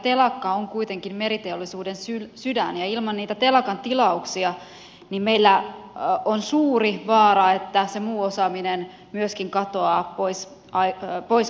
telakka on kuitenkin meriteollisuuden sydän ja ilman niitä telakan tilauksia meillä on suuri vaara että se muu osaaminen myöskin katoaa pois maasta